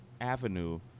avenue